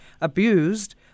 abused